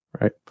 right